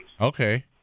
Okay